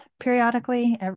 periodically